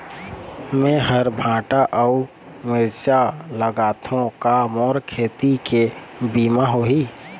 मेहर भांटा अऊ मिरचा लगाथो का मोर खेती के बीमा होही?